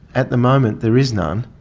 at the moment there is none,